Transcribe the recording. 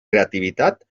creativitat